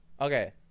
Okay